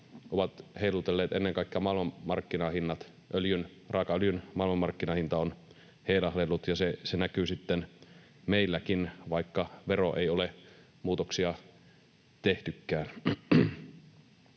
ovat heilutelleet ennen kaikkea maailmanmarkkinahinnat. Raakaöljyn maailmanmarkkinahinta on heilahdellut, ja se näkyy sitten meilläkin, vaikka veroon ei ole muutoksia tehtykään.